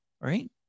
Right